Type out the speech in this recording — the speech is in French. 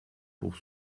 pour